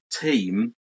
team